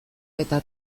eta